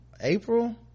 april